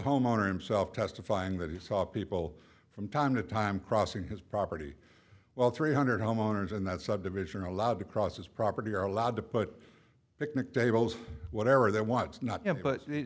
homeowner him self testifying that he saw people from time to time crossing his property well three hundred homeowners in that subdivision are allowed to cross his property are allowed to put picnic tables whatever they want no